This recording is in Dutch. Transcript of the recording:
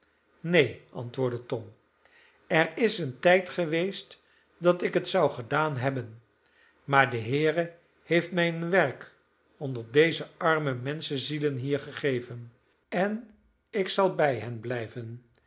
neen antwoordde tom er is een tijd geweest dat ik het zou gedaan hebben maar de heere heeft mij een werk onder deze arme menschenzielen hier gegeven en ik zal bij hen blijven